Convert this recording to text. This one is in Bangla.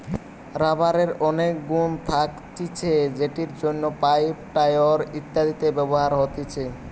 রাবারের অনেক গুন্ থাকতিছে যেটির জন্য পাইপ, টায়র ইত্যাদিতে ব্যবহার হতিছে